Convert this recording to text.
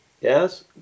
yes